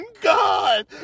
God